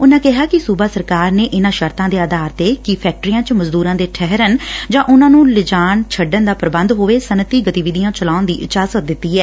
ਉਨਾਂ ਕਿਹਾ ਕਿ ਸੁਬਾ ਸਰਕਾਰ ਨੇ ਇਨਾਂ ਸਰਤਾਂ ਦੇ ਆਧਾਰ ਤੇ ਕਿ ਫੈਕਟਰੀਆਂ ਚ ਮਜ਼ਦੁਰਾਂ ਦੇ ਠਹਿਰਣ ਜਾਂ ਉਨਾਂ ਨੂੰ ਲਿਆਉਣ ਛੱਡਣ ਦਾ ਪ੍ਰਬੰਧ ਹੋਵੇ ਸੱਨਅਤੀ ਗਤੀਵਿਧੀਆ ਚਲਾਉਣ ਦੀ ਇਜਾਜ਼ਤ ਦਿੱਤੀ ਐ